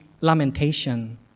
lamentation